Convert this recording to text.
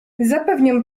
zapewniam